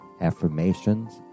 affirmations